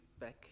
back